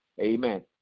Amen